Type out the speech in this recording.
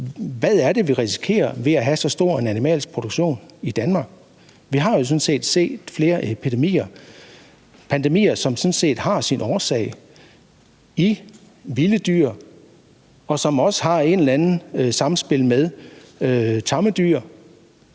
vi risikerer, ved at have så stor en animalsk produktion i Danmark? Vi har jo sådan set set flere pandemier, som har deres oprindelse i vilde dyr, og som også har et eller andet samspil med tamme dyr.